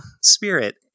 spirit